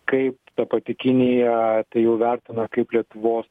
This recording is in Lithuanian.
kaip ta pati kinija tai jau vertina kaip lietuvos